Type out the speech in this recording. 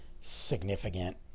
significant